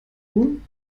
und